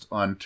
on